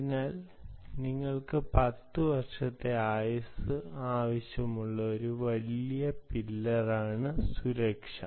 അതിനാൽ നിങ്ങൾക്ക് പത്തുവർഷത്തെ ആയുസ്സ് ആവശ്യമുള്ള ഒരു വലിയ പില്ലർ ആണ് സുരക്ഷ